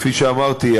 כפי שאמרתי,